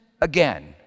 again